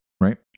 right